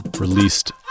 released